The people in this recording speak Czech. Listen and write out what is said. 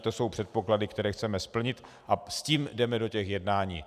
To jsou předpoklady, které chceme splnit, a s tím jdeme do těch jednání.